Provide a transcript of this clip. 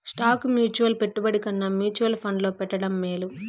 stock mutual పెట్టుబడి కన్నా mutual ఫండ్లో పెట్టడం మేలు